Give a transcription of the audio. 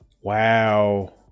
wow